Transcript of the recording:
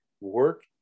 work